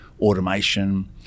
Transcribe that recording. automation